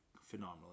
phenomenal